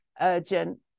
urgent